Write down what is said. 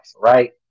right